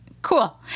Cool